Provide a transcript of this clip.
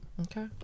Okay